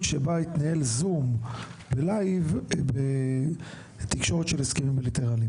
שבה יתנהל זום בלייב בתקשורת של הסכמים בילטרליים.